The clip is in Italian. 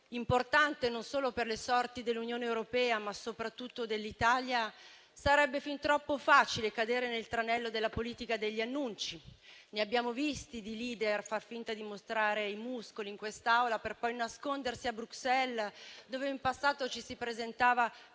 importante non solo per le sorti dell'Unione europea, ma soprattutto dell'Italia, sarebbe fin troppo facile cadere nel tranello della politica degli annunci. Ne abbiamo visti di *leader* far finta di mostrare i muscoli in quest'Aula per poi nascondersi a Bruxelles, dove in passato ci si presentava